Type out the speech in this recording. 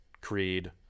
Creed